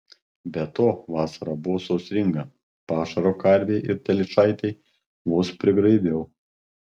be to vasara buvo sausringa pašaro karvei ir telyčaitei vos prigraibiau